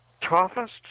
toughest